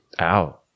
Ow